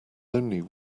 only